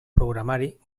programari